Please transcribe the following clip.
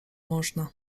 można